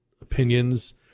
opinions